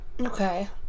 Okay